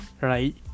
right